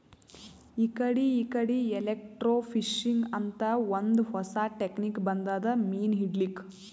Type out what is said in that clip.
ಇಕಡಿ ಇಕಡಿ ಎಲೆಕ್ರ್ಟೋಫಿಶಿಂಗ್ ಅಂತ್ ಒಂದ್ ಹೊಸಾ ಟೆಕ್ನಿಕ್ ಬಂದದ್ ಮೀನ್ ಹಿಡ್ಲಿಕ್ಕ್